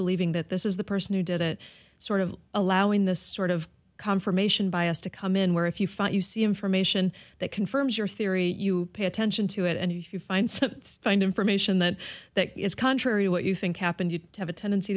believing that this is the person who did it sort of allowing this sort of confirmation bias to come in where if you fight you see information that confirms your theory you pay attention to it and if you find some find information that that is contrary to what you think happened you have a tendency